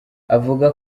avuga